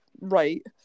right